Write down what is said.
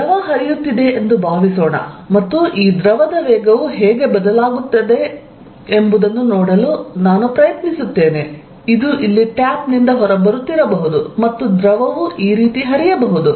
ದ್ರವ ಹರಿಯುತ್ತಿದೆ ಎಂದು ಭಾವಿಸೋಣ ಮತ್ತು ಈ ದ್ರವದ ವೇಗವು ಹೇಗೆ ಬದಲಾಗುತ್ತಿದೆ ಎಂಬುದನ್ನು ನೋಡಲು ನಾನು ಪ್ರಯತ್ನಿಸುತ್ತೇನೆ ಇದು ಇಲ್ಲಿ ಟ್ಯಾಪ್ ನಿಂದ ಹೊರಬರುತ್ತಿರಬಹುದು ಮತ್ತು ದ್ರವವು ಈ ರೀತಿ ಹರಿಯಬಹುದು